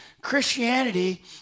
Christianity